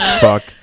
Fuck